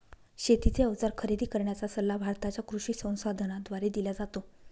शेतीचे अवजार खरेदी करण्याचा सल्ला भारताच्या कृषी संसाधनाद्वारे दिला जातो